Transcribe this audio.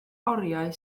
oriau